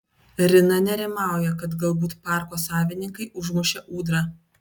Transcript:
rina nerimauja kad galbūt parko savininkai užmušė ūdrą